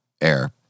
air